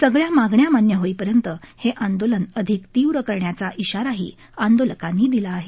सगळ्या मागण्या मान्य होईपर्यंत हे आंदोलन अधिक तीव्र करण्याचा इशाराही आंदोलकांनी दिला आहे